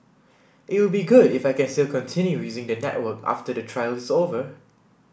it would be good if I can still continue using the network after the trial is over